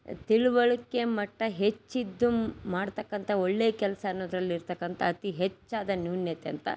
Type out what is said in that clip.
ತಿಳಿವಳ್ಕೆ ಮಟ್ಟ ಹೆಚ್ಚಿದ್ದು ಮಾಡತಕ್ಕಂಥ ಒಳ್ಳೆಯ ಕೆಲಸ ಅನ್ನೋದ್ರಲ್ಲಿ ಇರತಕ್ಕಂಥ ಅತಿ ಹೆಚ್ಚಾದ ನ್ಯೂನತೆ ಅಂತ